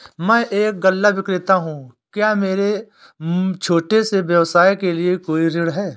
मैं एक गल्ला विक्रेता हूँ क्या मेरे छोटे से व्यवसाय के लिए कोई ऋण है?